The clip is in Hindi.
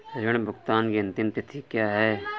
ऋण भुगतान की अंतिम तिथि क्या है?